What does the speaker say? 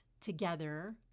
Together